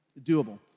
doable